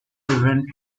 event